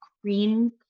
cream